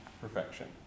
Perfection